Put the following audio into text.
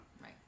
Right